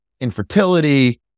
infertility